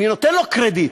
אני נותן לו קרדיט.